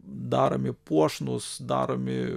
daromi puošnūs daromi